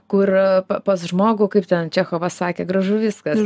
kur pas žmogų kaip ten čechovas sakė gražu viskas